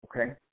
okay